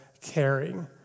caring